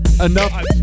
enough